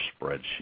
spreadsheet